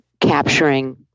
capturing